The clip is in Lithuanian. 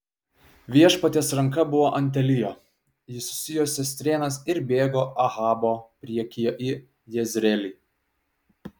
viešpaties ranka buvo ant elijo jis susijuosė strėnas ir bėgo ahabo priekyje į jezreelį